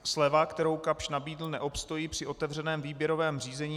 Sleva, kterou Kapsch nabídl, neobstojí při otevřeném výběrovém řízení.